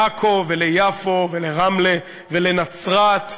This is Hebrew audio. לעכו וליפו ולרמלה ולנצרת.